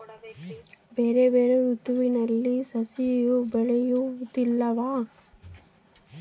ಬೇರೆ ಬೇರೆ ಋತುವಿನಲ್ಲಿ ಸಾಸಿವೆ ಬೆಳೆಯುವುದಿಲ್ಲವಾ?